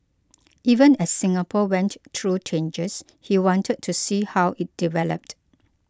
even as Singapore went through changes he wanted to see how it developed